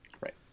Right